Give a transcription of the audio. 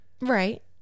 right